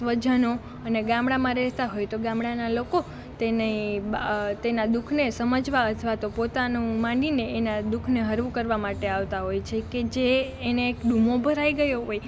સ્વજનો અને ગામડામાં રહેતાં હોય તો ગામડાનાં લોકો તેને તેના દુઃખને સમજવા અથવા તો પોતાનું માનીને એના દુઃખને હળવું કરવા માટે આવતાં હોય છે કે જે એને એક ડૂમો ભરાઈ ગયો હોય